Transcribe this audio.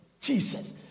Jesus